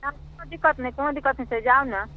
कोनो दिक्कत कोनो दिक्कत नहि छै जाउ ने